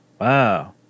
wow